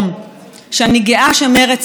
ואני גאה שמרצ היא אחת העותרות.